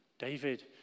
David